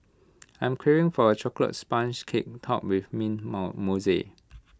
I'm craving for A Chocolate Sponge Cake Topped with mint mount